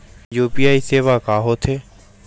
UPI सेवा का होथे?